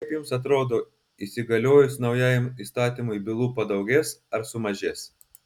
kaip jums atrodo įsigaliojus naujajam įstatymui bylų padaugės ar sumažės